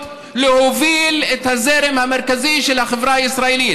להוביל את הזרם המרכזי של החברה הישראלית.